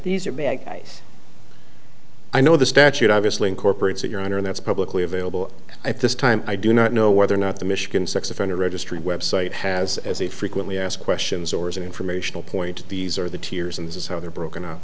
these are bad guys i know the statute obviously incorporates your honor and that's publicly available at this time i do not know whether or not the michigan sex offender registry website has as it frequently asked questions or as an informational point these are the tears and this is how they're broken up